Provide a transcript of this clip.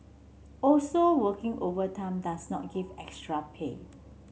also working overtime does not give extra pay